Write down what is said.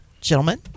gentlemen